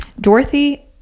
Dorothy